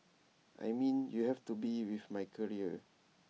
I mean you have to be with my career